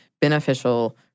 beneficial